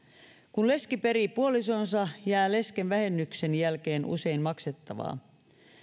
kun leski perii puolisonsa jää lesken vähennyksen jälkeen usein maksettavaa